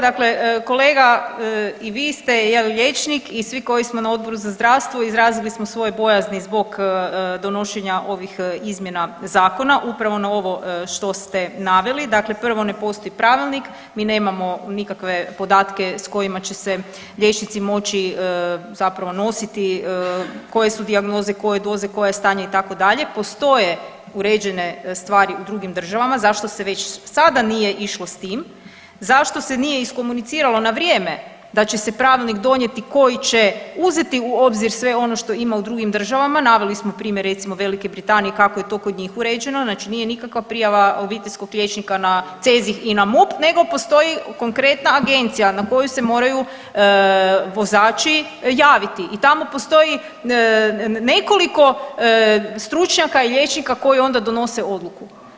Dakle, kolega i vi ste jel liječnik i svi koji smo na Odboru za zdravstvo izrazili smo svoje bojazni zbog donošenja ovih izmjena zakona upravo na ovo što ste naveli, dakle prvo ne postoji pravilnik, mi nemamo nikakve podatke s kojima će se liječnici moći zapravo nositi, koje su dijagnoze, koje doze, koje je stanje itd., postoje uređene stvari u drugim državama zašto se već sada nije išlo s tim, zašto se nije iskomuniciralo na vrijeme da će se pravilnik donijeti koji će uzeti u obzir sve ono što ima u drugim državama, naveli smo primjer recimo Velike Britanije kako je to kod njih uređeno, znači nije nikakva prijava obiteljskog liječnika na CEZIH i na MUP nego postoji konkretna agencija na koju se moraju vozači javiti i tamo postoji nekoliko stručnjaka i liječnika koji onda donose odluku.